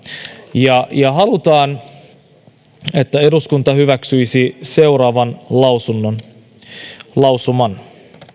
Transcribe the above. ja ja haluamme että eduskunta hyväksyisi seuraavan lausuman